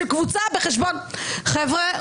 שקבוצה בחשבון --- חבר'ה,